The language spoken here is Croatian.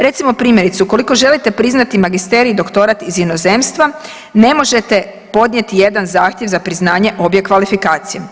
Recimo primjerice ukoliko želite priznati magisterij i doktorat iz inozemstva ne možete podnijeti jedan zahtjev za priznanje obje kvalifikacije.